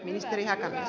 arvoisa puhemies